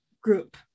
group